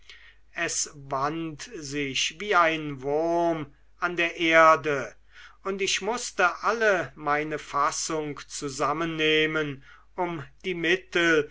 es wand sich wie ein wurm an der erde und ich mußte alle meine fassung zusammennehmen um die mittel